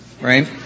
right